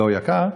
לא יקר,